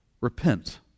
repent